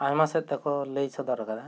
ᱟᱭᱢᱟ ᱥᱮᱫ ᱛᱮᱠᱚ ᱞᱟᱹᱭ ᱥᱚᱫᱚᱨ ᱟᱠᱟᱫᱟ